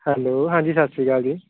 hello ਹਾਂਜੀ ਸਤਿ ਸ਼੍ਰੀ ਅਕਾਲ ਜੀ